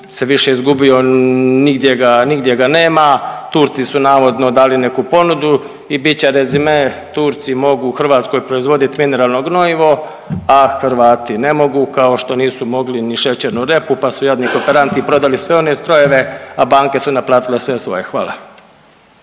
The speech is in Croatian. se više izgubio, nigdje ga nema. Turci su navodno dali neku ponudu i bit će rezime Turci mogu u Hrvatskoj proizvoditi mineralno gorivo, a Hrvati ne mogu, kao što nisu mogli ni šećernu repu, pa su jadni kooperanti prodali sve one strojeve, a banke su naplatile sve svoje, hvala.